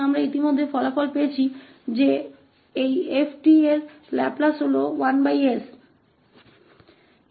तो हमारे पास 1s 𝑔′ 𝑡 कालाप्लास 𝑔𝑡 के लाप्लास के बराबर है क्योंकि यह 𝑔 0 है